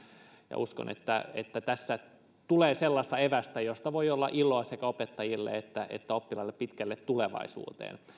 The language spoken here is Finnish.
ja uskon että että tässä tulee sellaista evästä josta voi olla iloa sekä opettajille että että oppilaille pitkälle tulevaisuuteen